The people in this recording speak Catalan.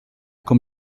com